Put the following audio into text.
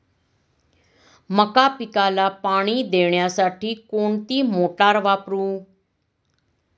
मका पिकाला पाणी देण्यासाठी कोणती मोटार वापरू?